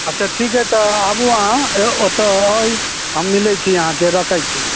अच्छा तऽ ठीक हए तऽ आबु अहाँ हे ओतऽ अइ हम मिलैत छी अहाँके रखैत छी